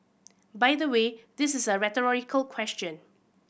by the way this is a rhetorical question